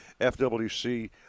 FWC